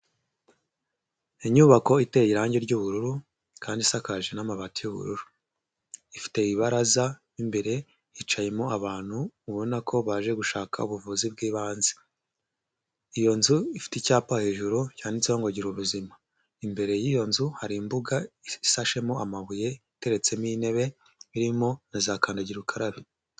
Inyubako iteye irangi ry'ubururu kandi isakaje n'amabati y'ubururu, ifite ibaraza imbere hicayemo abantu ubona ko baje gushaka ubuvuzi bw'ibanze. Iyo nzu ifite icyapa hejuru cyanditseho ngo "gira ubuzima" imbere y'iyo nzu hari imbuga isashemo amabuye iteretsemo intebe irimo na zakandagirukarabe.